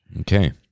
Okay